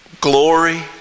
glory